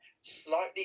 Slightly